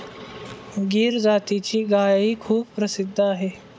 गीर जातीची गायही खूप प्रसिद्ध आहे